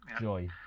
Joy